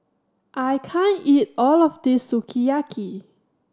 I can't eat all of this Sukiyaki